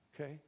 Okay